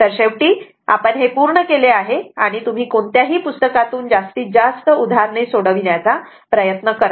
तर शेवटी आपण हे पूर्ण केले आहे आणि तुम्ही कोणत्याही पुस्तकातून जास्तीत जास्त उदाहरणे सोडविण्याचा प्रयत्न करा